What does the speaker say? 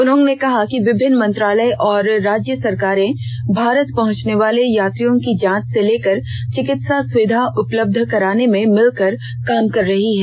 उन्होंने कहा कि विभिन्न मंत्रालय और राज्य सरकारें भारत पहुंचने वाले यात्रियों की जांच से लेकर चिकित्सा सुविधा उपलब्ध कराने में मिलकर काम कर रही हैं